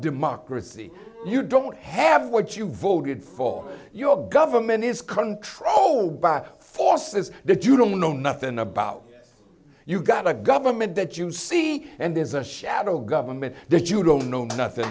democracy you don't have what you voted for your government is controlled by forces that you don't know nothing about you've got a government that you see and there's a shadow government that you don't know nothing